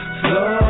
slow